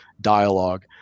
dialogue